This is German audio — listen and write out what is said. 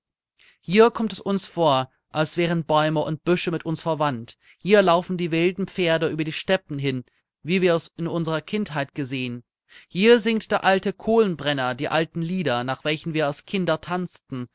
hier kommt es uns vor als wären bäume und büsche mit uns verwandt hier laufen die wilden pferde über die steppen hin wie wir es in unserer kindheit gesehen hier singt der alte kohlenbrenner die alten lieder nach welchen wir als kinder tanzten